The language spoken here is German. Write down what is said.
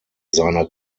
seine